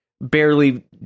barely